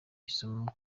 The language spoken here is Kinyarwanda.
isomo